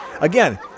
Again